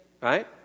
right